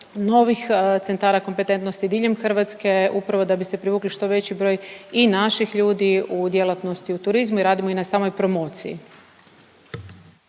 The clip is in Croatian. novih centara kompetentnosti diljem Hrvatske upravo da bi se privukli što veći broj i naših ljudi u djelatnosti u turizmu i radimo i na samoj promociji.